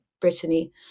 Brittany